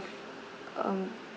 um